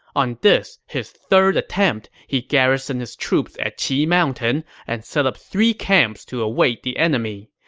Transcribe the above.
on this, his third attempt, he garrisoned his troops at qi mountain and set up three camps to await the enemy.